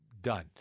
done